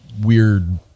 weird